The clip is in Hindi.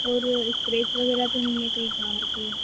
और इस्क्रेच वग़ैरह तो नहीं है कहीं कार पर